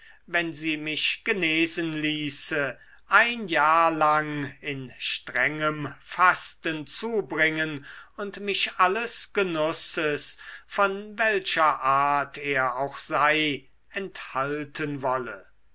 wenn sie mich genesen ließe ein jahr lang in strengem fasten zubringen und mich alles genusses von welcher art er auch sei enthalten wolle